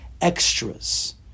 extras